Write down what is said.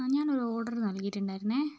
അ ഞാനൊരു ഒർഡർ നല്കിയിട്ടുണ്ടായിരുന്നു